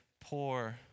poor